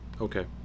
Okay